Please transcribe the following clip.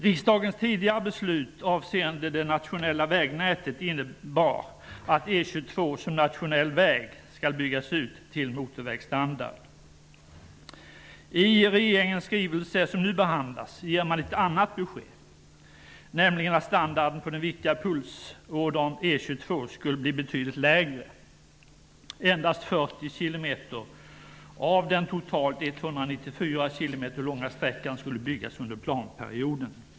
Riksdagens tidigare beslut avseende det nationella vägnätet innebar att E 22 I regeringens skrivelse, som nu behandlas, ger man ett annat besked, nämligen att standarden på den viktiga pulsådern E 22 skulle bli betydligt lägre.